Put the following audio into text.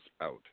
out